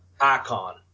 icon